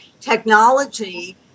technology